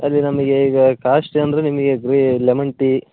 ಅದೆ ನಮಗೆ ಈಗ ಕಾಸ್ಟ್ಲಿ ಅಂದರೆ ನಿಮಗೆ ಗ್ರೀ ಲೆಮನ್ ಟೀ